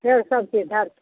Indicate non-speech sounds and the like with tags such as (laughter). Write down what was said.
फेर सभके (unintelligible)